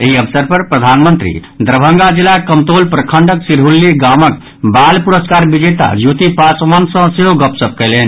एहि अवसर पर प्रधानमंत्री दरभंगा जिलाक कमतौल प्रखंडक सिरहुल्ली गामक बाल पुरस्कार विजेता ज्योति पासवान सँ सेहो गपशप कयलनि